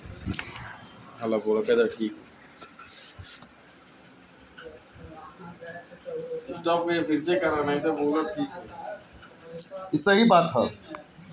संदर्भ दर उपभोक्ता मूल्य सूचकांक, घर मूल्य सूचकांक अउरी बेरोजगारी दर पअ लागत बाटे